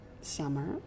summer